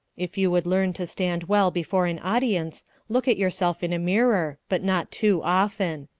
if you would learn to stand well before an audience, look at yourself in a mirror but not too often.